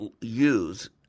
use